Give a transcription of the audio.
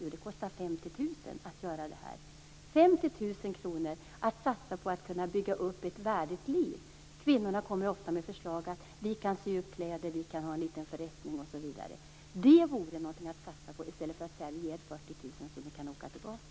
Jo, det kostar 50 000 kr att göra detta och satsa på att bygga upp ett värdigt liv. Kvinnorna kommer ofta med förslag som att sy kläder, ha en liten förrättning osv. Det vore någonting att satsa på i stället för att säga: Vi ger 40 000 kr så att ni kan åka tillbaka.